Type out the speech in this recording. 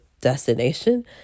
destination